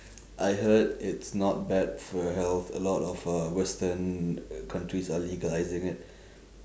I heard it's not bad for health a lot of uh western countries are legalising it